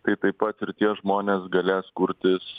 tai taip pat ir tie žmonės galės kurtis